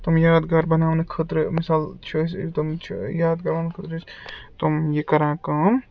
تِم یادگار بَناونہٕ خٲطرٕ مِثال چھِ أسۍ تِم چھِ یادگار بناونہٕ خٲطرٕ أسۍ تِم یہِ کَران کٲم